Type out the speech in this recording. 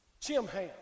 Chimham